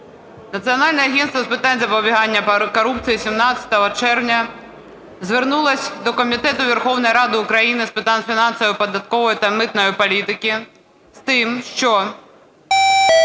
Національне агентство з питань запобігання корупції 17 червня звернулося до Комітету Верховної Ради України з питань фінансової, податкової та митної політики з тим, що